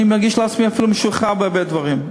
אני מרגיש את עצמי אפילו משוחרר בהרבה דברים.